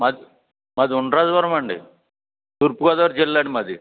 మాది మాది ఉండ్రాజవరం అండి తూర్పుగోదావరి జిల్లా అండి మాది